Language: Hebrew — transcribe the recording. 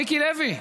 מיקי לוי,